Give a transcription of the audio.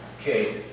Okay